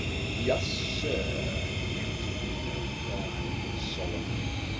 yes, sir, captain nemo replied solemnly,